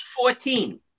2014